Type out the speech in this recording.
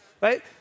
Right